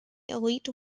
elite